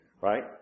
Right